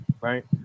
right